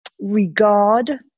regard